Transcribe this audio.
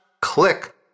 click